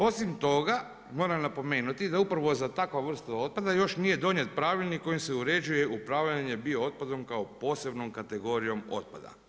Osim toga, moram napomenuti da upravo za takvu vrstu otpada još nije donijet pravilnik kojim se uređuje upravljanje bio otpadom kao posebnom kategorijom otpada.